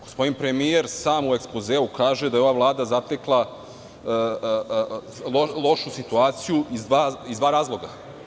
Gospodin premijer sam u ekspozeu kaže da je ova Vlada zatekla lošu situaciju iz dva razloga.